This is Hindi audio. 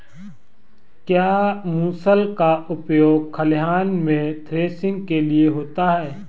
क्या मूसल का उपयोग खलिहान में थ्रेसिंग के लिए होता है?